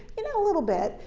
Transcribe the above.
you know a little bit.